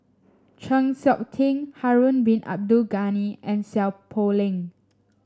Chng Seok Tin Harun Bin Abdul Ghani and Seow Poh Leng